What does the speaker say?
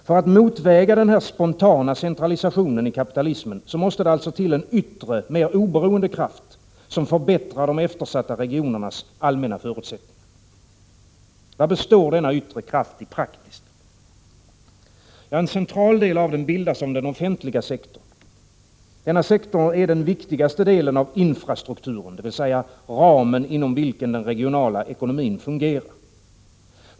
För att motväga den här spontana centralisationen i kapitalismen måste det alltså till en yttre mer oberoende kraft som förbättrar de eftersatta regionernas allmänna förutsättningar. Vad består denna yttre kraft i rent praktiskt? En central del av den bildas av den offentliga sektorn. Denna sektor är den viktigaste delen av infrastrukturen, dvs. ramen inom vilken den regionala ekonomin fungerar.